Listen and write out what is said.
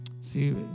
See